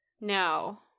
No